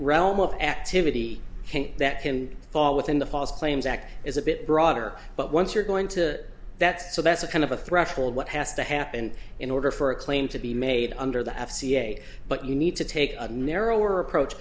realm of activity think that can fall within the false claims act is a bit broader but once you're going to that so that's a kind of a threshold what has to happen in order for a claim to be made under the f c a but you need to take a narrower approach